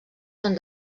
són